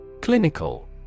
Clinical